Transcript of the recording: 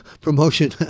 promotion